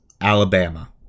Alabama